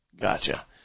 gotcha